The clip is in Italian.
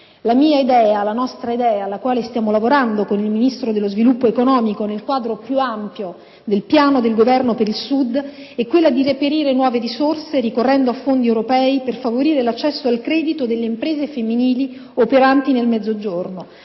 La mia idea, la nostra idea, alla quale stiamo lavorando con il Ministro dello sviluppo economico nel quadro più ampio del piano del Governo per il Sud, è quella di reperire nuove risorse ricorrendo a fondi europei per favorire l'accesso al credito delle imprese femminili operanti nel Mezzogiorno